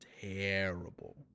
terrible